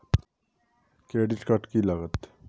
Credit card की लागत?